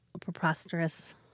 preposterous